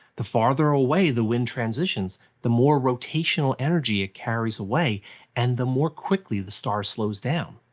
the farther away the wind transitions, the more rotational energy it carries away and the more quickly the star slows down.